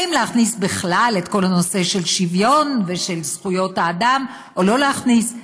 אם להכניס בכלל את כל הנושא של שוויון ושל זכויות האדם או לא להכניס.